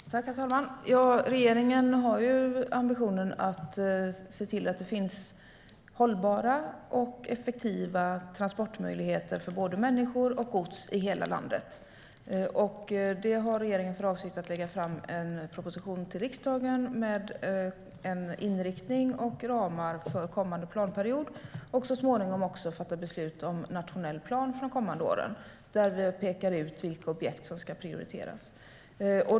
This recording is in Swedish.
Herr talman! Regeringen har ambitionen att se till att det finns hållbara och effektiva transportmöjligheter för både människor och gods i hela landet. Det har regeringen för avsikt att lägga fram en proposition om till riksdagen, med en inriktning och ramar för kommande planperiod. Så småningom ska det också fattas beslut om nationell plan för de kommande åren, där vi pekar ut vilka objekt som ska prioriteras.